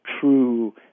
true